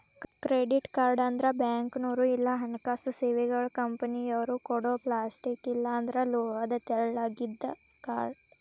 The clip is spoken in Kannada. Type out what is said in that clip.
ಕ್ರೆಡಿಟ್ ಕಾರ್ಡ್ ಅಂದ್ರ ಬ್ಯಾಂಕ್ನೋರ್ ಇಲ್ಲಾ ಹಣಕಾಸು ಸೇವೆಗಳ ಕಂಪನಿಯೊರ ಕೊಡೊ ಪ್ಲಾಸ್ಟಿಕ್ ಇಲ್ಲಾಂದ್ರ ಲೋಹದ ತೆಳ್ಳಗಿಂದ ಕಾರ್ಡ್